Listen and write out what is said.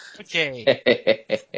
Okay